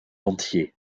entier